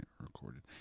recorded